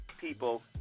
people